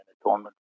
atonement